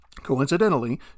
Coincidentally